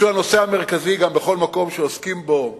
שהוא הנושא המרכזי גם בכל מקום שעוסקים בו בעולם,